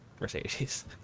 mercedes